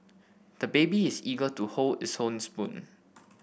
the baby is eager to hold his own spoon